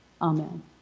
Amen